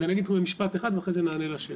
אז אני אגיד משפט אחד ואחרי זה נענה לשאלות.